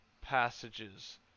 passages